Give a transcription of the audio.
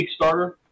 kickstarter